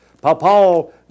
Paul